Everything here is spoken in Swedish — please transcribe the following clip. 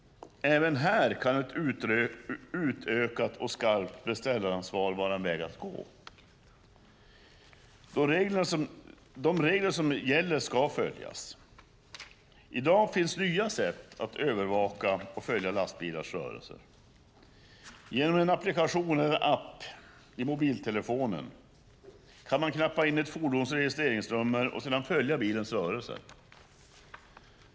Även här kan ett utökat och skarpt beställaransvar vara en väg att gå. De regler som gäller ska följas. I dag finns nya sätt att övervaka och följa lastbilars rörelser. Genom en applikation, eller en app, i mobiltelefonen kan man knappa in ett fordons registreringsnummer och sedan följa bilens rörelser.